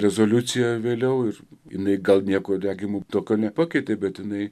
rezoliucija vėliau ir jinai gal nieko regimo tokio nepakeitė bet jinai